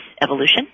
evolution